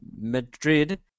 Madrid